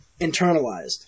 Internalized